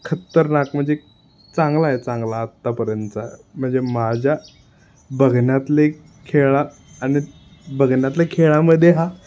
खतरनाक म्हणजे चांगला आहे चांगला आत्तापर्यंतचा म्हणजे माझ्या बघण्यातले खेळ आणि बघण्यातले खेळामध्ये हा